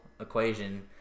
equation